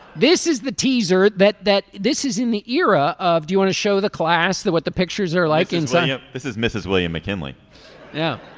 this is the teaser. that that this is in the era of do you want to show the class the what the pictures are like inside yeah this is mrs. william mckinley yeah.